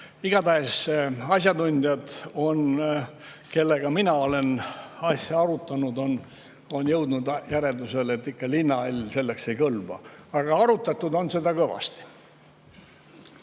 Igatahes asjatundjad, kellega mina olen asja arutanud, on jõudnud järeldusele, et linnahall selleks ei kõlba. Aga arutatud on seda kõvasti.